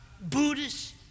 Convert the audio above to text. Buddhist